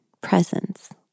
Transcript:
presence